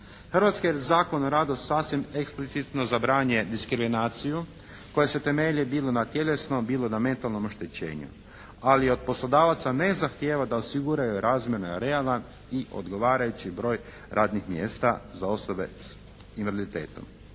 Hrvatski Zakon o radu sasvim eksplicitno zabranjuje diskriminaciju koja se temelji bilo na tjelesnom bilo na metalnom oštećenju. Ali od poslodavaca ne zahtjeva da osiguraju razmjeran, realan i odgovarajući broj radnih mjesta za osobe s invaliditetom.